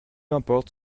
importe